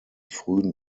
frühen